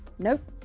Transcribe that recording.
nope,